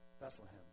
Bethlehem